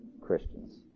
Christians